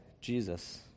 Jesus